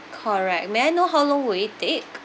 correct may I know how long will it take